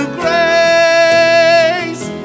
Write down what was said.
grace